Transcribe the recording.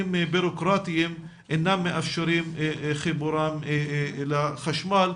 בירוקרטיים אינם מאפשרים חיבורם לחשמל,